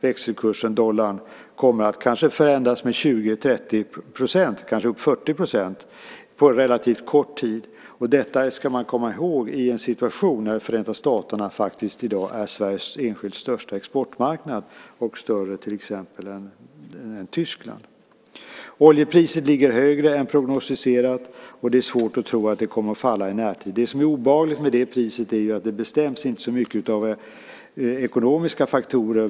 Växelkursen mot dollarn kommer att förändras med kanske 20-30 %, kanske 40 %, på relativt kort tid, och detta ska man komma ihåg i en situation då Förenta staterna faktiskt i dag är Sveriges största exportmarknad, större än till exempel Tyskland. Oljepriset ligger högre än prognostiserat, och det är svårt att tro att det kommer att falla i närtid. Det som är obehagligt med det priset är ju att det inte bestäms så mycket av ekonomiska faktorer.